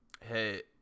hey